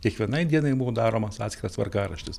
kiekvienai dienai buvo daromas atskiras tvarkaraštis